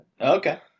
Okay